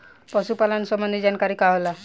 पशु पालन संबंधी जानकारी का होला?